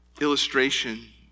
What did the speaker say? illustration